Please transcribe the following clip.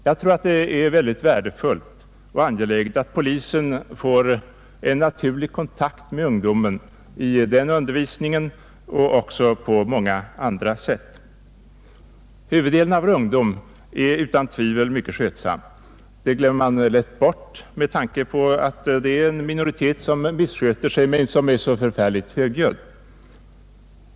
Jag tror att det är mycket värdefullt och angeläget att polisen får en naturlig kontakt med ungdomen genom denna undervisning och också på många andra sätt. Huvuddelen av vår ungdom är mycket skötsam — vilket vi lätt glömmer bort med tanke på att det är en minoritet som missköter sig men som är så mycket mer högljudd.